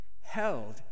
held